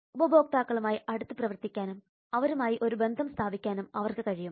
ഉപഭോക്താക്കളുമായി അടുത്ത് പ്രവർത്തിക്കാനും അവരുമായി ഒരു ബന്ധം സ്ഥാപിക്കാനും അവർക്ക് കഴിയും